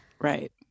Right